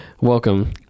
welcome